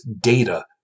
data